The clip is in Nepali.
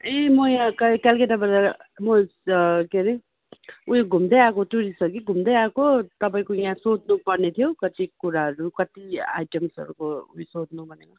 ए म यहाँ के कलकत्ताबाट म के हरे उयो घुम्दै आएको टुरिस्ट हो कि घुम्दै आएको तपाईँको यहाँ सोध्नु पर्ने थियो कति कुराहरू कति आइटम्सहरूको उयो सोध्नु भनेर